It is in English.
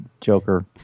Joker